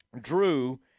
Drew